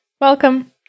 Welcome